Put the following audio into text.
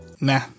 nah